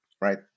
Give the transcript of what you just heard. right